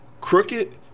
crooked